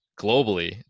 globally